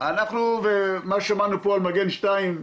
מה ששמענו פה על מגן 2,